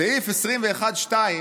סעיף 21(2)